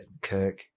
Kirk